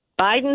Biden